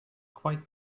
quite